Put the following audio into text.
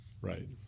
Right